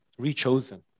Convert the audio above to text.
rechosen